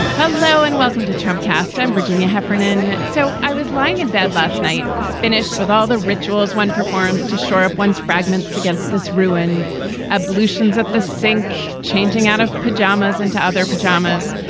hello and welcome to trump cast. virginia heffernan. so i was lying in bed last night. finished with all the rituals one performed to shore up one's fragments against this, ruin ah ablutions at the sink, changing out of pajamas into other pajamas,